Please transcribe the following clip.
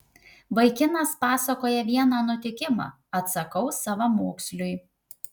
vaikinas pasakoja vieną nutikimą atsakau savamoksliui